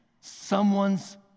someone's